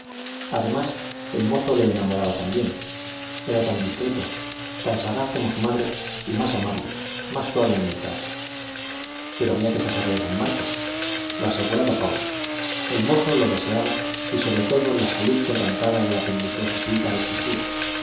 además el mozo le enamoraba también era tan discreto tan sagaz como su madre y más amable más suave en el trato pero había que sacarle de san marcos lo aseguraba paula el mozo lo deseaba y sobre todo la salud quebrantada del aprendiz de jesuita lo exigía